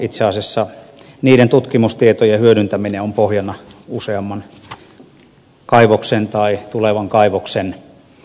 itse asiassa niiden tutkimustietojen hyödyntäminen on pohjana useamman kaivoksen ja tulevan kaivoksen taustalla